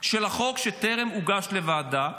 של חוק שטרם הוגש לוועדה.